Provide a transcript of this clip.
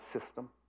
system